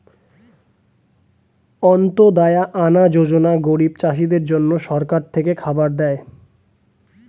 অন্ত্যদায়া আনা যোজনা গরিব চাষীদের জন্য সরকার থেকে খাবার দেয়